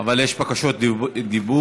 אבל יש בקשות דיבור.